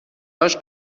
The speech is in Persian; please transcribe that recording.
هاش